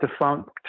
defunct